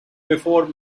before